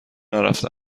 نرفته